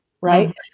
right